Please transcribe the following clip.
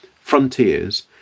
frontiers